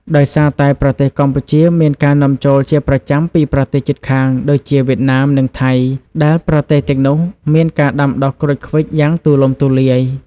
ដោយសារតែប្រទេសកម្ពុជាមានការនាំចូលជាប្រចាំពីប្រទេសជិតខាងដូចជាវៀតណាម និងថៃ ដែលប្រទេសទាំងនោះមានការដាំដុះក្រូចឃ្វិចយ៉ាងទូលំទូលាយ។